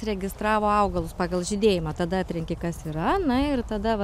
registravo augalus pagal žydėjimą tada atrenki kas yra na ir tada vat